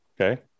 Okay